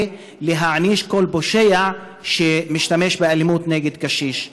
להעניש כל פושע שמשתמש באלימות נגד קשיש.